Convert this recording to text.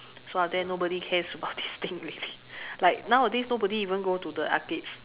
so after that nobody cares about this thing already like nowadays nobody even go to the arcades